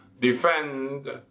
defend